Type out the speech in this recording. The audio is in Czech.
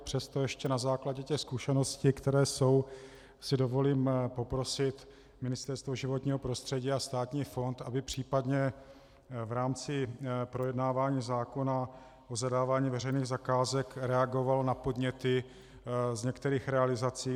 Přesto ještě na základě zkušeností, které jsou, si dovolím poprosit Ministerstvo životního prostředí a státní fond, aby případně v rámci projednávání zákona o zadávání veřejných zakázek reagoval na podněty z některých realizací.